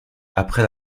après